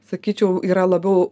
sakyčiau yra labiau